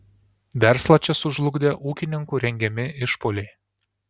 verslą čia sužlugdė ūkininkų rengiami išpuoliai